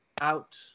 out